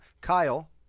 Kyle